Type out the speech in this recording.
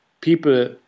people